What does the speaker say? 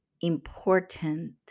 important